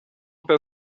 per